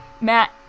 Matt-